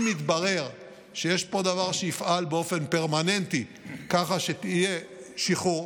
אם יתברר שיש פה דבר שיפעל באופן פרמננטי כך שיהיה שחרור,